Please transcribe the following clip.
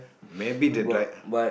maybe the dri~